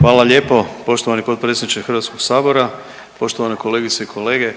Hvala lijepo poštovani potpredsjedniče HS-a, poštovane kolegice i kolege,